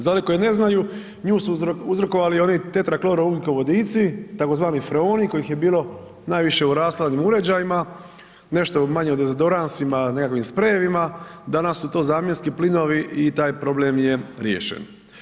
Za one koji ne znaju, nju su uzrokovali ono tetra klor ugljikovodici tzv. freoni kojih je bilo najviše u rashladnim uređajima, nešto manje u dezodoransima, nekakvim sprejevima, danas su to zamjenski plinovi i taj problem je riješen.